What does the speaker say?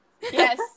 Yes